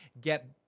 get